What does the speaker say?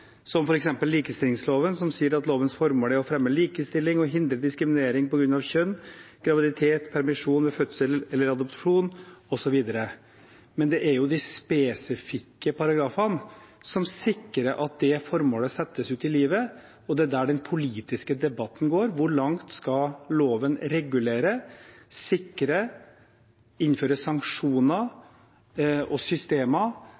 som f.eks. likestillingsloven, som sier at lovens formål er å «fremme likestilling og hindre diskriminering på grunn av kjønn, graviditet, permisjon ved fødsel eller adopsjon», osv. Men det er jo de spesifikke paragrafene som sikrer at det formålet settes ut i livet, og det er der den politiske debatten går – om hvor langt loven skal regulere, sikre, innføre sanksjoner og systemer